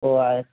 हो आ